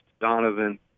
Donovan